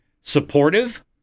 supportive